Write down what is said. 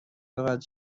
بخواهد